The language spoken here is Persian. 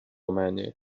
منه